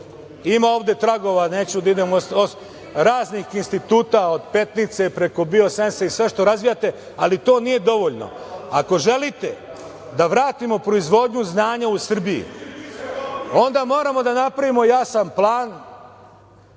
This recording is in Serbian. ovde tragova, raznih instituta od Petnice i Biosensa i sve što razvijate, ali to nije dovoljno i ako želite da vratimo proizvodnju znanja u Srbiji, onda moramo da napravimo jasan plan